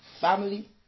Family